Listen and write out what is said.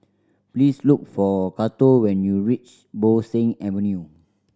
please look for Cato when you reach Bo Seng Avenue